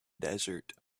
desert